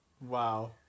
Wow